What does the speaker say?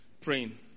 praying